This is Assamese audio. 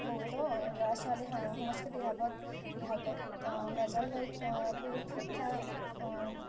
বহুতো ল'ৰা ছোৱালী সংস্কৃত বিভাগত মেজৰ লৈ বহুত শিক্ষা